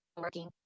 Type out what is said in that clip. working